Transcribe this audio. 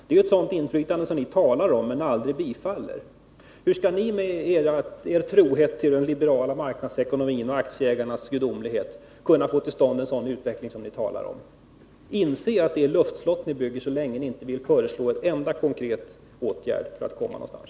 Det är ett sådant inflytande som ni talar om men aldrig förverkligar. Hur skall ni med er trohet till den liberala marknadsekonomin och aktieägarnas gudomlighet kunna få till stånd en sådan utveckling som ni talar om? Inse att det är luftslott som ni bygger så länge ni inte vill föreslå en enda konkret åtgärd för att komma någonstans.